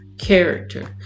Character